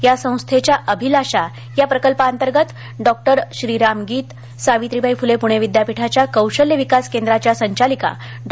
या संस्थेच्या अभिलाषा या प्रकल्पाअंतर्गत डॉक्टर श्रीराम गीत सावित्रिबाई फुले पुणे विद्यापीठाच्या कौशल्य विकास केंद्राच्या संचालिका डॉ